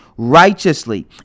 righteously